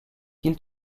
qu’il